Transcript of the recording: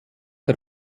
der